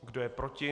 Kdo je proti?